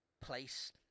place